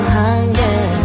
hunger